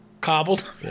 Cobbled